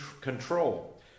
control